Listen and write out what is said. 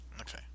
Okay